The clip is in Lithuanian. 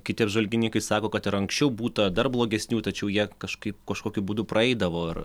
kiti apžvalgininkai sako kad ir anksčiau būta dar blogesnių tačiau jie kažkaip kažkokiu būdu praeidavo ar